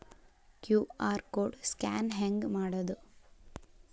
QR code scan ಹೆಂಗ್ ಮಾಡೋದು?